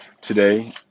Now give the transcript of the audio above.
today